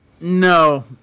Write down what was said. No